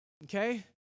Okay